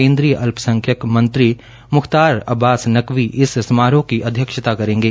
केन्द्रीय अल्पसंख्यक मंत्री मुख्तार अब्बास नकवी इस समारोह की अध्यक्षता करेंगे